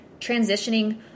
transitioning